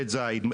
בית זית,